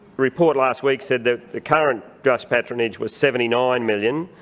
report last week said that the current bus patronage was seventy nine million,